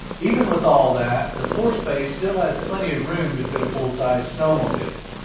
even with all that, the floor space still has plenty of room to fit a full-size snowmobile.